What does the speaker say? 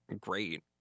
great